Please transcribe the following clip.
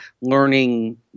learning